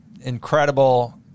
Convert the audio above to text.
incredible